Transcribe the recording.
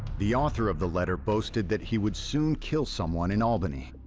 the author of the letter boasted that he would soon kill someone in albany.